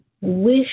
wish